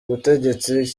butegetsi